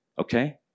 Okay